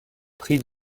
pris